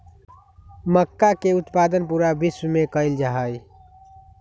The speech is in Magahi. मक्का के उत्पादन पूरा विश्व में कइल जाहई